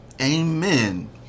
Amen